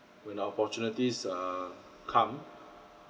when opportunities err come